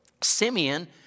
Simeon